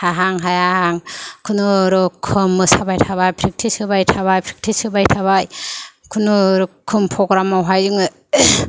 हाहां हायाहां खुनुरुखुम मोसाबाय थाबाय प्रेकटिस होबाय थाबाय प्रेकटिस होबाय थाबाय खुनुरुखुम प्रग्रामावहाय जोङो